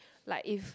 like if